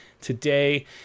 today